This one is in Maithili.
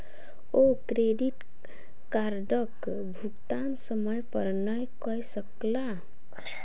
ओ क्रेडिट कार्डक भुगतान समय पर नै कय सकला